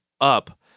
up